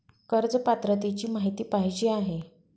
कर्ज पात्रतेची माहिती पाहिजे आहे?